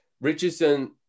Richardson